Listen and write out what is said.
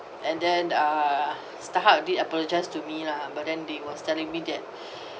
and then uh starhub did apologise to me lah but then they was telling me that